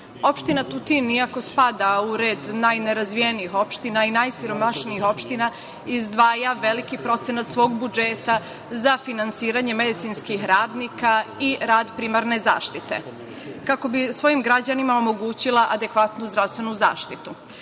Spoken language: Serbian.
Tutin, iako spada u red najnerazvijenih opština i najsiromašnijih opština izdvaja veliki procenat svog budžeta za finansiranje medicinskih radnika i rad primarne zaštite kako bi svojim građanima omogućila adekvatnu zdravstvenu zaštitu. Takođe,